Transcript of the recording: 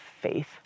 faith